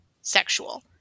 sexual